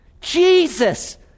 Jesus